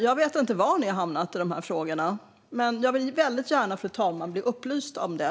Jag vet inte var ni har hamnat i de här frågorna. Men jag vill väldigt gärna, fru talman, bli upplyst om det.